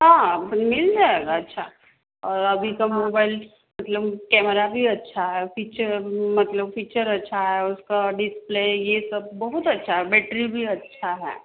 हाँ अभी मिल जाएगा अच्छा और अभी का मोबाइल मतलब कैमरा भी अच्छा है और पिच्चर मतलब पिच्चर अच्छा है उसका ऑडिट प्ले ये सब बहुत अच्छा है बैट्री भी अच्छा है